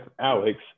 Alex